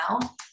now